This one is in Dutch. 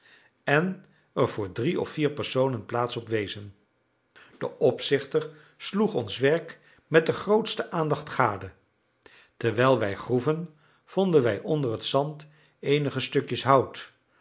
en er voor drie of vier personen plaats op wezen de opzichter sloeg ons werk met de grootste aandacht gade terwijl wij groeven vonden wij onder het zand eenige stukjes hout